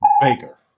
Baker